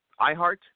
iHeart